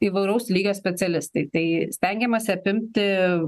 įvairaus lygio specialistai tai stengiamasi apimti